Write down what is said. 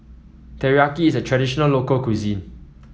Teriyaki is a traditional local cuisine